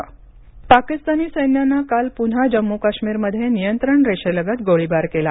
जम्म काश्मीर पाकिस्तानी सैन्यानं काल पुन्हा जम्मू काश्मीरमध्ये नियंत्रण रेषेलगत गोळीबार केला